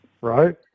Right